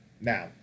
now